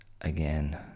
again